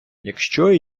якщо